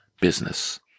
business